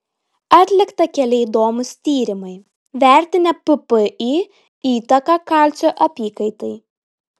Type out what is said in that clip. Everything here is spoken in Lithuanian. atlikta keli įdomūs tyrimai vertinę ppi įtaką kalcio apykaitai